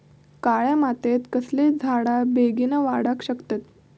काळ्या मातयेत कसले झाडा बेगीन वाडाक शकतत?